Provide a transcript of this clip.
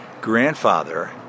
grandfather